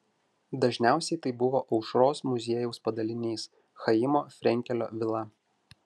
dažniausiai tai buvo aušros muziejaus padalinys chaimo frenkelio vila